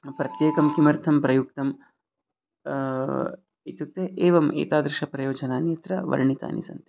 प्रत्येकं किमर्थं प्रयुक्तम् इत्युक्ते एवम् एतादृश प्रयोजनानि अत्र वर्णितानि सन्ति